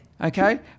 okay